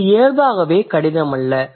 இது இயல்பாகவே கடினம் அல்ல